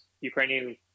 ukrainian